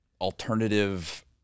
alternative